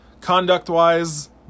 Conduct-wise